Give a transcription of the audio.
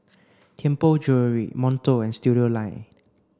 Tianpo Jewellery Monto and Studioline